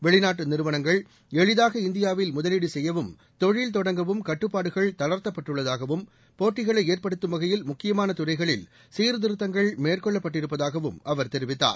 வெளிநாட்டு நிறுவனங்கள் எளிதாக இந்தியாவில் முதலீடு செய்யவும் தொழில் தொடங்கவும் கட்டுப்பாடுகள் தளர்த்தப்பட்டுள்ளதாகவும் போட்டிகளை ஏற்படுத்தும் வகையில் முக்கியமான துறைகளில் சீர்திருத்தங்கள் மேற்கொள்ளப்பட்டிருப்பதாகவும் அவர் தெரிவித்தார்